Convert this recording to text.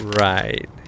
Right